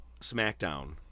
SmackDown